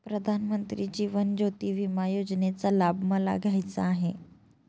प्रधानमंत्री जीवन ज्योती विमा योजनेचा लाभ मला घ्यायचा आहे